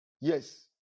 Yes